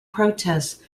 protests